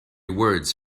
words